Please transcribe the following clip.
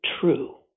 true